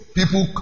people